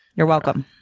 you're welcome.